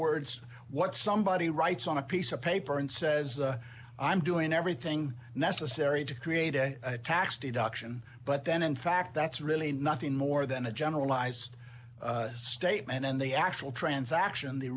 words what somebody writes on a piece of paper and says i'm doing everything necessary to create a tax deduction but then in fact that's really nothing more than a generalized statement in the actual transaction the